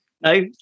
No